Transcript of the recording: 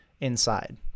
inside